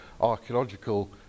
archaeological